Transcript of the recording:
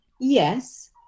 Yes